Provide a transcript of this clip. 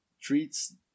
treats